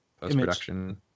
post-production